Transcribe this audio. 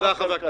תודה, ח"כ לוי.